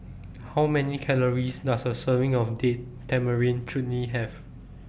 How Many Calories Does A Serving of Date Tamarind Chutney Have